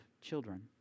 children